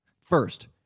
first